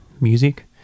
music